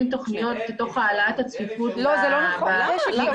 תוכניות בתוך העלאת הצפיפות ----- רגע,